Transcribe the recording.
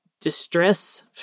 distress